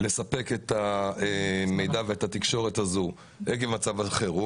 לספק את המידע ואת התקשורת הזו עקב מצב החירום,